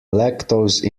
lactose